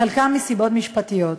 חלקם מסיבות משפטיות.